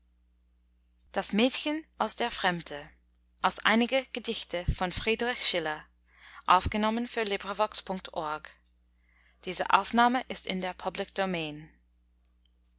das mädchen aus der fremde in